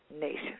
Nation